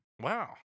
wow